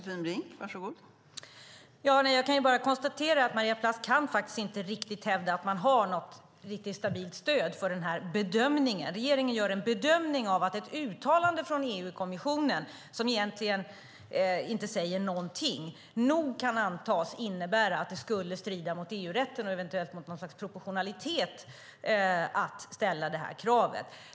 Fru talman! Jag kan bara konstatera att Maria Plass inte riktigt kan hävda att man har något stabilt stöd för den här bedömningen. Regeringen gör en bedömning att ett uttalande från EU-kommissionen, som egentligen inte säger någonting, nog kan antas innebära att det skulle strida mot EU-rätten och eventuellt mot något slags proportionalitet att ställa detta krav.